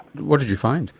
what did you find?